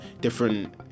different